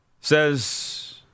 says